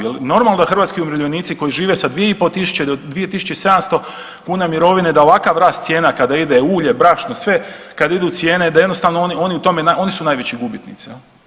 Je li normalno da hrvatski umirovljenici koji žive sa 2 i pol tisuće do 2700 kuna mirovine, da ovakav rast cijena kada ide ulje, brašno, sve, kada idu cijene da jednostavno oni u tome, oni su najveći gubitnici.